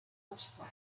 justo